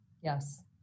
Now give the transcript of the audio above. Yes